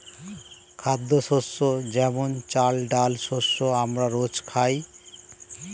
খাদ্যশস্য যেমন চাল, ডাল শস্য আমরা রোজ খাই